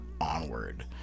onward